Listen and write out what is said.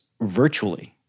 virtually